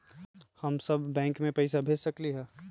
हम सब बैंक में पैसा भेज सकली ह?